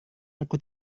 aku